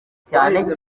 cyane